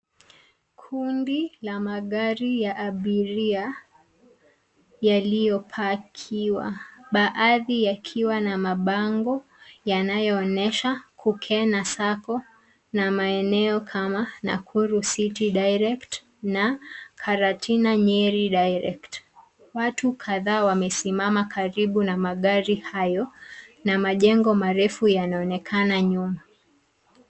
Kundi la magari ya abiria yaliopakiwa, baadhi yakiwa na mabango yanayoonesha Kukena Sacco na maeneo kama Nakuru city direct na Karatina, Nyeri direct. Watu kadhaa wamesimama karibu na magari hayo na majengo marefu yanaonekana nyuma.